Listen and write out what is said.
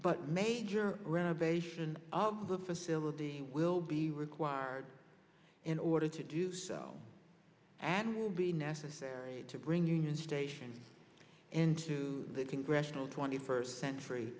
but major renovation of the facility will be required in order to do so and will be necessary to bring union station into the congressional twenty first century